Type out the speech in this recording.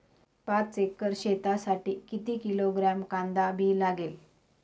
पाच एकर शेतासाठी किती किलोग्रॅम कांदा बी लागेल?